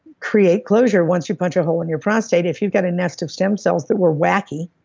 create closure. once you punch a hole in your prostate, if you've got a nest of stem cells that were wacky,